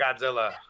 Godzilla